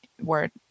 word